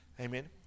Amen